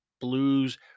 blues